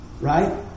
Right